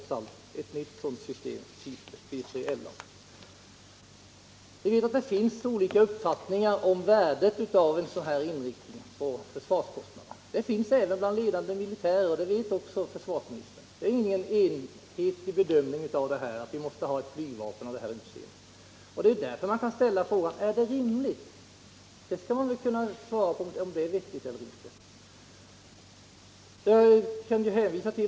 Vi vet att det även bland ledande militärer finns olika uppfattningar om värdet av en sådan här inriktning av försvarskostnaderna. Det finns ingen enhetlig bedömning att vi måste ha ett flygvapen av denna typ. Det är därför man kan ställa frågan om det är rimligt eller inte, och den frågan bör väl försvarsministern kunna svara på.